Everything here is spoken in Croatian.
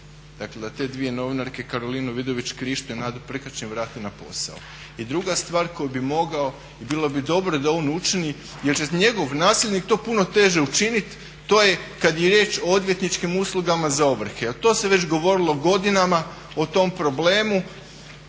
Dakle da te dvije novinarke Karolinu Vidović-Krišto i Nada Prkačin vrati na posao. I druga stvar koju bi mogao i bilo bi dobro da on učini jer će njegov nasljednik to puno teže učiniti a to je kada je riječ o odvjetničkim uslugama za ovrhe. Jer to se već govorilo godinama o tom problemu